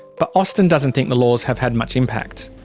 but austin doesn't think the laws have had much impact.